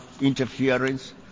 interference